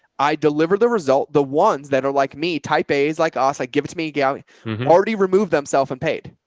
i deliver the result, the ones that are like me type a's like us, i give it to yeah me already removed themselves and paid.